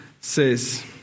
says